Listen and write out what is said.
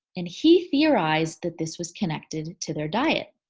and he theorized that this was connected to their diet.